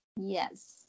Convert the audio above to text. Yes